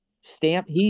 stamped